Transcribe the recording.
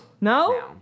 No